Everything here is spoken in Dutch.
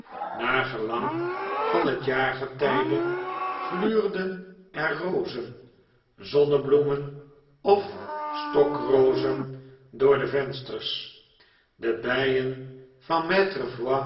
naar gelang van het jaargetjjde gluurden er rozen zonnebloemen of stokrozen door de vensters de bjjen van